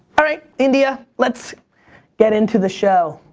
alright, india, let's get into the show.